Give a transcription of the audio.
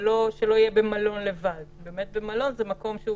אבל שלא יהיה במלון לבד, שאז הוא